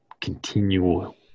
continual